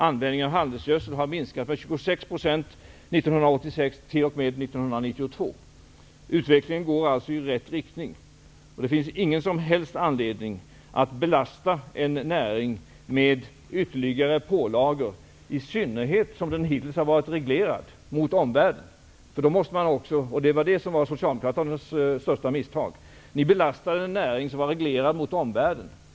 Användningen av handelsgödsel har minskat med 26 % under perioden 1986--1992. Utvecklingen går alltså i rätt riktning. Det finns ingen som helst anledning att belasta näringen med ytterligare pålagor, i synnerhet som den hittills har varit reglerad mot omvärlden. Det var det som var socialdemokraternas största misstag. Ni belastade en näring som var reglerad mot omvärlden.